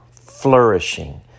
flourishing